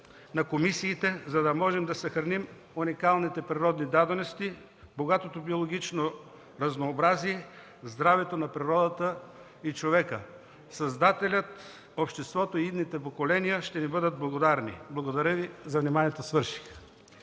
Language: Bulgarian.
на комисиите, за да можем да съхраним уникалните природни дадености, богатото биологично разнообразие, здравето на природата и човека. Създателят, обществото и идните поколения ще ни бъдат благодарни. Благодаря за вниманието.